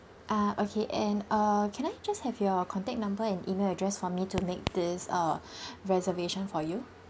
ah okay and uh can I just have your contact number and email address for me to make this uh reservation for you